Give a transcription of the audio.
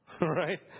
right